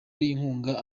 inkunga